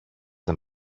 δεν